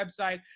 website